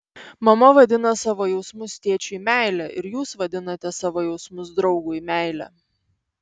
mama vadina savo jausmus tėčiui meile ir jūs vadinate savo jausmus draugui meile